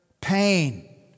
pain